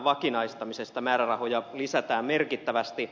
määrärahoja lisätään merkittävästi